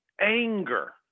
anger